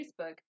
Facebook